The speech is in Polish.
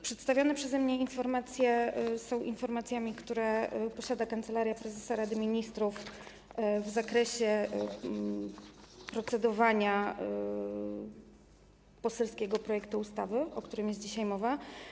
Przedstawione przeze mnie informacje są informacjami, które posiada Kancelaria Prezesa Rady Ministrów w zakresie procedowania nad poselskim projektem ustawy, o którym jest dzisiaj mowa.